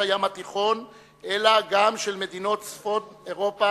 הים התיכון אלא גם עניינן של מדינות צפון אירופה,